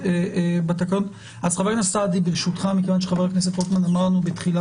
חבר הכנסת סעדי, ברשותך, חבר הכנסת רוטמן חייב